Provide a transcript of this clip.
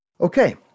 Okay